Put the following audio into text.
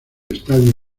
estadio